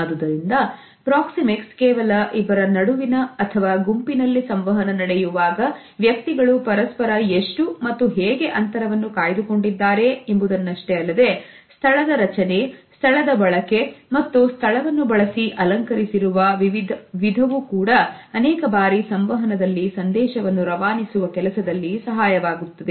ಆದುದರಿಂದ ಪ್ರಾಕ್ಸಿಮಿಕ್ಸ್ ಕೇವಲ ಇಬ್ಬರ ನಡುವಿನ ಅಥವಾ ಗುಂಪಿನಲ್ಲಿ ಸಂವಹನ ನಡೆಯುವಾಗ ವ್ಯಕ್ತಿಗಳು ಪರಸ್ಪರ ಎಷ್ಟು ಮತ್ತು ಹೇಗೆ ಅಂತರವನ್ನು ಕಾಯ್ದುಕೊಂಡಿದ್ದಾರೆ ಎಂಬುದನ್ನಷ್ಟೇ ಅಲ್ಲದೆ ಸ್ಥಳದ ರಚನೆ ಸ್ಥಳದ ಬಳಕೆ ಮತ್ತು ಸ್ಥಳವನ್ನು ಬಳಸಿ ಅಲಂಕರಿಸಿರುವ ವಿಧವು ಕೂಡ ಅನೇಕ ಬಾರಿ ಸಂವಹನದಲ್ಲಿ ಸಂದೇಶವನ್ನು ರವಾನಿಸುವ ಕೆಲಸದಲ್ಲಿ ಸಹಾಯವಾಗುತ್ತದೆ